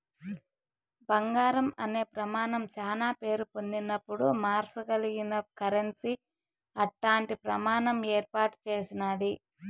బంగారం అనే ప్రమానం శానా పేరు పొందినపుడు మార్సగలిగిన కరెన్సీ అట్టాంటి ప్రమాణం ఏర్పాటు చేసినాది